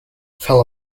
fell